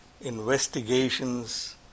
investigations